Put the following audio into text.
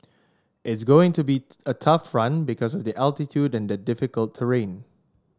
it's going to be a tough run because of the altitude and the difficult terrain